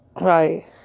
Right